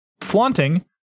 Flaunting